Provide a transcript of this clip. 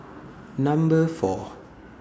Number four